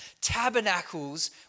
tabernacles